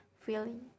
feeling